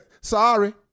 Sorry